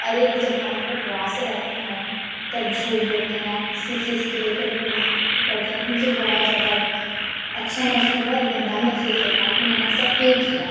और एक हम जब उपवास रहते हैं तब झूठ बोलते हैं या किसी चीज़ को लेकर के वह करते हैं तो मुझे बहुत ज़्यादा अच्छा महसूस बहुत गंदा महसूस होता है कि मैंने ऐसा क्यों किया